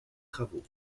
travaux